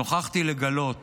נוכחתי לגלות